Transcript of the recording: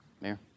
Mayor